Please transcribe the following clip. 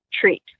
treat